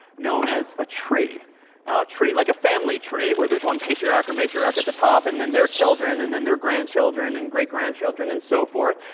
known as a tree. a tree like a family tree, where there's one patriarch or matriarch at the top, and then their children, and then their grandchildren, and great grandchildren, and so forth.